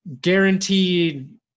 guaranteed